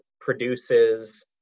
produces